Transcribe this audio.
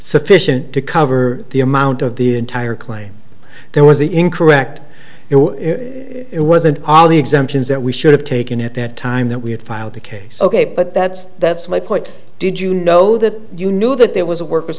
sufficient to cover the amount of the entire claim there was the incorrect you know it wasn't all the exemptions that we should have taken at that time that we had filed the case ok but that's that's my point did you know that you know that there was a worker's